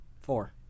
four